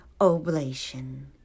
oblation